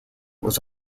was